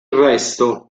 resto